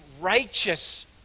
righteous